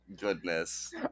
goodness